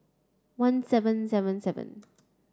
one seven seven seven